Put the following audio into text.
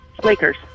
Lakers